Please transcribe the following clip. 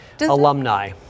alumni